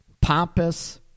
pompous